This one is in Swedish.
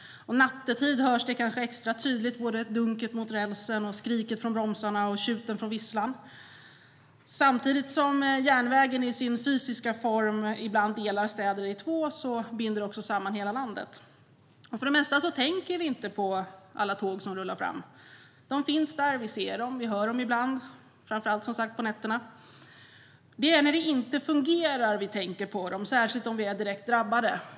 Nattetid hörs det kanske extra tydligt - dunket mot rälsen, skriket från bromsarna och tjuten från visslan. Samtidigt som järnvägen i sin fysiska form ibland delar städer i två delar binder den också samman hela landet. För det mesta tänker vi inte på alla tåg som rullar fram. De finns där. Vi ser dem. Vi hör dem ibland, framför allt på nätterna. Det är när det inte fungerar som vi tänker på dem, särskilt om vi är direkt drabbade.